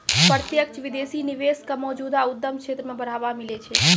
प्रत्यक्ष विदेशी निवेश क मौजूदा उद्यम क्षेत्र म बढ़ावा मिलै छै